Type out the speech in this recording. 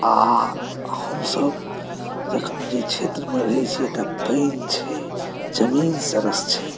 आ हमसभ जखन जे क्षेत्रमे रहै छियै तऽ पानि छै जमीन सरस छै